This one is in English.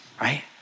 Right